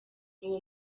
uwo